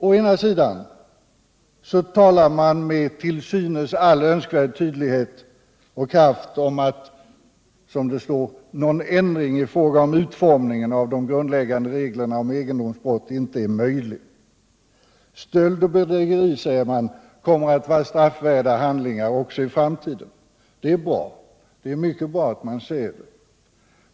Å ena sidan talar man med till synes all önskvärd tydlighet och kraft om att, som det står ”Någon ändring i fråga om utformningen av de grundläggande reglerna om egendomsbrott är därför inte möjlig. Stöld och bedrägeri kommer”, säger man, ”att vara straffvärda handlingar också i framtiden.” Det är mycket bra att man säger detta.